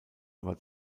aber